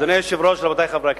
אדוני היושב-ראש, רבותי חברי הכנסת,